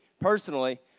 personally